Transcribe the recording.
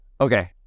Okay